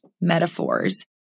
metaphors